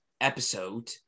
episode